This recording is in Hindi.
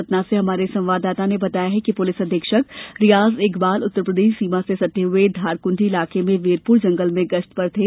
सतना से हमारे संवाददाता ने बताया है कि पुलिस अधीक्षक रियाज इकबाल उत्तरप्रदेश सीमा से सटे हुए धारकुंडी इलाके में वीरपुर जंगल में गस्त पर थे